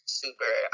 super